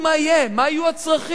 איך תדעו מה יהיה, מה יהיו הצרכים?